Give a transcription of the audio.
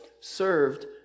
served